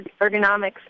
ergonomics